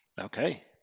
Okay